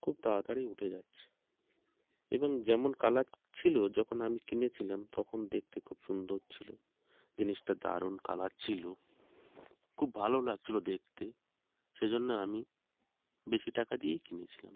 খুব তাড়াতাড়ি উঠে যাচ্ছে এবং যেমন কালার ছিল যখন আমি কিনেছিলাম তখন দেখতে খুব সুন্দর ছিল জিনিসটা দারুন কালার ছিল খুব ভালো লাগছিল দেখতে সেই জন্য আমি বেশি টাকা দিয়েই কিনেছিলাম